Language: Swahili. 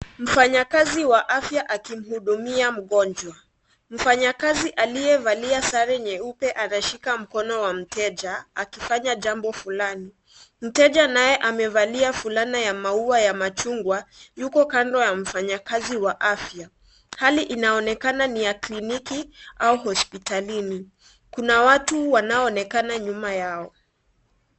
Mfanyakazi wa afya akimhudumia mgonjwa. Mfanyakazi aliyevalia sare nyeupe atashika mkono wa mteja, akifanya jambo fulani. Mteja naye amevalia fulana ya maua ya machungwa, yuko kando ya mfanyakazi wa afya. Hali inaonekana ni ya kliniki au hospitalini. Kuna watu wanaoonekana nyuma yao.